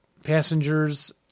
Passengers